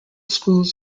schools